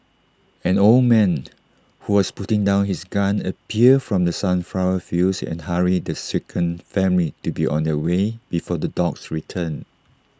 an old man who was putting down his gun appeared from the sunflower fields and hurried the shaken family to be on their way before the dogs return